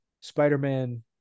Spider-Man